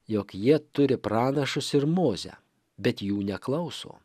jog jie turi pranašus ir mozę bet jų neklauso